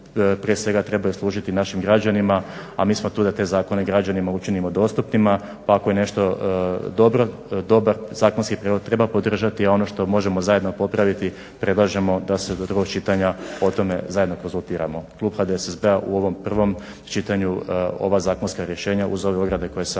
prije svega trebaju služiti našim građanima, a mi smo tu da te zakone građanima učinimo dostupnima pa ako je nešto dobar zakonski prijedlog treba podržati, a ono što možemo zajedno popraviti predlažemo da se do drugog čitanja o tome zajedno konzultiramo. Klub HDSSB-a u ovom prvom čitanju ova zakonska rješenja uz ove ograde koje sam